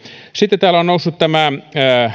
sitten täällä on noussut tämä